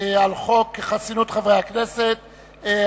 על חוק חסינות חברי הכנסת(תיקון מס' 36)